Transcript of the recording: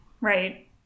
Right